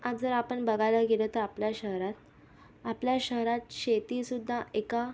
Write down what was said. आज जर आपण बघायला गेलो तर आपल्या शहरात आपल्या शहरात शेती सुद्धा एका